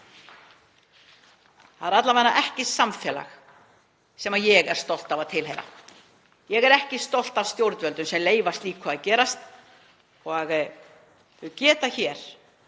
Það er alla vega ekki samfélag sem ég er stolt af að tilheyra. Ég er ekki stolt af stjórnvöldum sem leyfa slíku að gerast. Þau geta hér